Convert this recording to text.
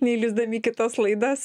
neįlįsdami į kitas laidas